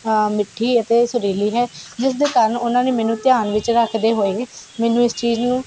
ਮਿੱਠੀ ਅਤੇ ਸੁਰੀਲੀ ਹੈ ਜਿਸ ਦੇ ਕਾਰਨ ਉਹਨਾਂ ਨੇ ਮੈਨੂੰ ਧਿਆਨ ਵਿੱਚ ਰੱਖਦੇ ਹੋਏ ਮੈਨੂੰ ਇਸ ਚੀਜ਼ ਨੂੰ